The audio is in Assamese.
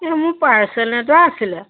এই মোৰ পাৰ্চেল এটা আছিলে